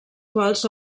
quals